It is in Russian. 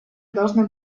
должны